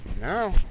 No